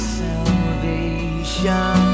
salvation